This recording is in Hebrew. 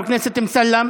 חבר הכנסת אמסלם